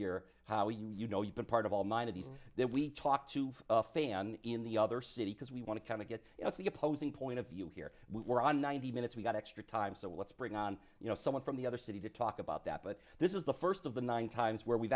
year how you you know you've been part of all mine of these that we talked to a fan in the other city because we want to kind of get the opposing point of view here we're on ninety minutes we've got extra time so let's bring on you know someone from the other city to talk about that but this is the first of the nine times where we've